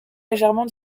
légèrement